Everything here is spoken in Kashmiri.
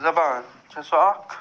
زبان چھےٚ سۄ اکھ